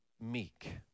meek